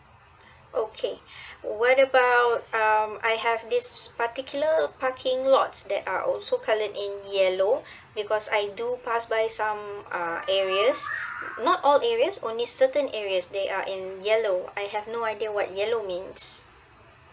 okay what about um I have this particular parking lots that are also colour in yellow because I do pass by some uh areas not all areas only certain areas they are in yellow I have no idea what yellow means